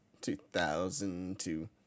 2002